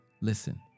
Listen